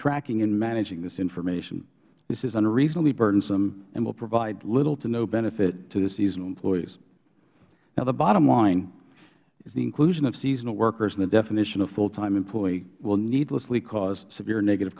tracking and managing this information this is unreasonably burdensome and will provide little to no benefit to the seasonal employees now the bottom line is the inclusion of seasonal workers in the definition of full time employee will needless cause severe negative